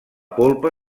polpa